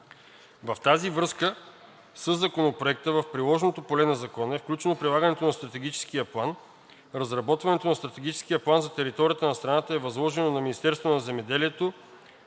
В тази връзка, със Законопроекта в приложното поле на закона е включено прилагането на Стратегическия план. Разработването на Стратегическия план за територията на страната е възложено на Министерството на земеделието.